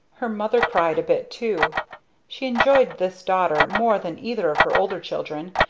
her mother cried a bit too she enjoyed this daughter more than either of her older children,